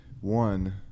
One